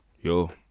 yo